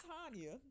Tanya